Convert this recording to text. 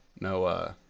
No